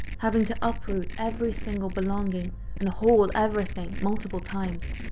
having to uproot every single belonging and haul everything multiple times,